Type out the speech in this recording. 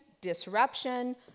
disruption